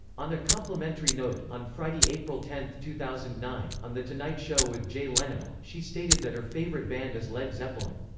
on a complementary note, on friday, april ten, two thousand and nine, on the tonight show with jay leno, she stated that her favorite band is led zeppelin.